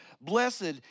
Blessed